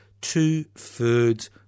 two-thirds